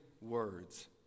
words